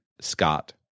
Scott